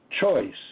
choice